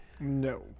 No